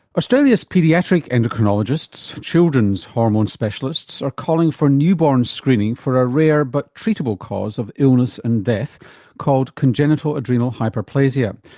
australia's paediatric endocrinologists, children's hormone specialists, are calling for newborn screening for a rare but treatable cause of illness and death called congenital adrenal hyperplasia,